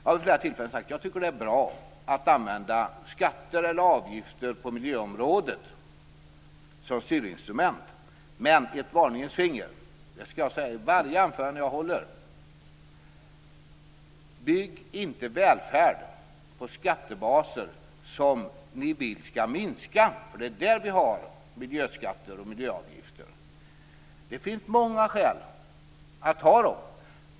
Jag har vid flera tillfällen sagt att jag tycker att det är bra att använda skatter eller avgifter på miljöområdet som styrinstrument. Men jag vill höja ett varningens finger, och detta skall jag säga i alla mina anföranden: Bygg inte välfärd på skattebaser som ni vill skall minska! Det är ju där som vi har miljöskatter och miljöavgifter. Det finns många skäl att ha dem.